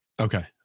Okay